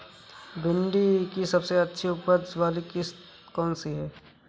भिंडी की सबसे अच्छी उपज वाली किश्त कौन सी है?